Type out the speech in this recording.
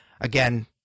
Again